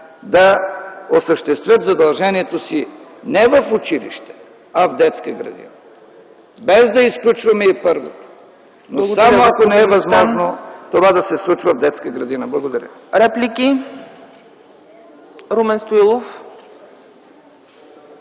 да осъществяват задължението си не в училище, а в детска градина, без да изключваме първото, но само ако не е възможно това да се случи в детска градина. Благодаря. ПРЕДСЕДАТЕЛ